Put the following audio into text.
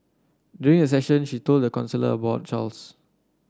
during the session she told the counsellor about Charles